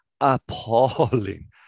appalling